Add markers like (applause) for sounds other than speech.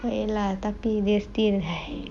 ya lah tapi dia still (noise)